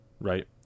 right